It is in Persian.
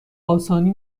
آسانی